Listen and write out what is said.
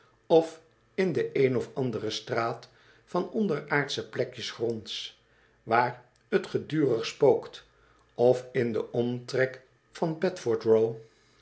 of in de een of andere straat van dat onderaardsche plekje gronds waar t gedurig spookt of in den omtrek van